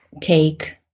take